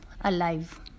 alive